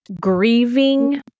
grieving